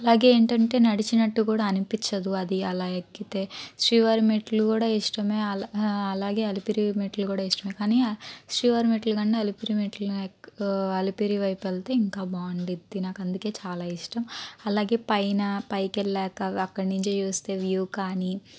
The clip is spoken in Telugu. అలాగే ఏంటి అంటే నడిచినట్టు కూడా అనిపించదు అది ఆలా ఎక్కితే శ్రీవారిమెట్లు కూడా ఇష్టమే అలా అలాగే అలిపిరి మెట్లుకూడా ఇష్టమే కానీ శ్రీవారిమెట్లు కన్న అలిపిరిమెట్లు అలిపిరి వైపు వెళ్తే ఇంకా బాగుంటుంది నాకు అందుకే చాలా ఇష్టం అలాగే పైనా పైకెళ్లాక అక్కడనుంచి చూస్తే వ్యూ కానీ